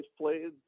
played